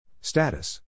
Status